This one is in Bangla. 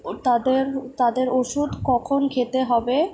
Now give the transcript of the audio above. তাদের তাদের ওষুধ কখন খেতে হবে